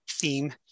theme